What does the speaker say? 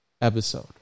episode